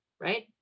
right